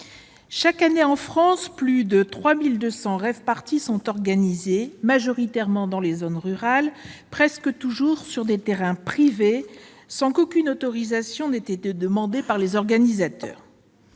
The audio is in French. chaque année, plus de 3 200 rave-parties sont organisées en France, majoritairement dans des zones rurales, presque toujours sur des terrains privés, sans qu'aucune autorisation ait été demandée par les organisateurs.